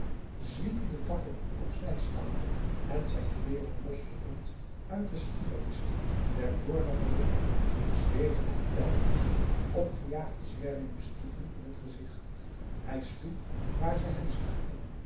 voortworstelde zwiepende takken op zij slaande en zijn kleeren losrukkend uit de slingerlissen der doornige rottan zweefden hem telaugusta de wit orpheus in de dessa kens opgejaagde zwermen muskieten in t gezicht hij sloeg waar ze hem staken